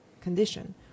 condition